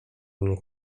mnie